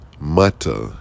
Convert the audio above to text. matter